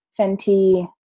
Fenty